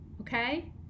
okay